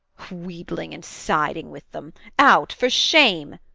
wheedling and siding with them! out! for shame!